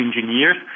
engineers